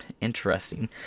interesting